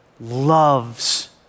loves